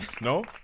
No